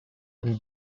and